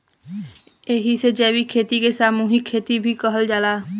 एही से जैविक खेती के सामूहिक खेती भी कहल जाला